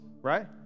Right